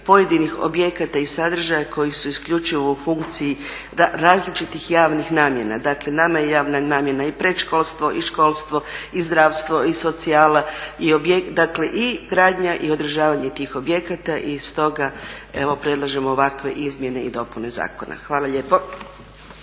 pojedinih objekata i sadržaja koji su isključivo u funkciji različitih javnih namjena. Dakle nama je javna namjena i predškolstvo i školstvo i zdravstvo i socijala i gradnja i održavanje tih objekata i stoga evo predlažemo ovakve izmjene i dopune zakona. Hvala lijepo.